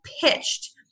pitched